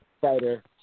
fighter